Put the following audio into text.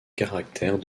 caractères